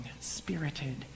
spirited